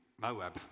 Moab